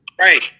Right